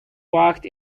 worked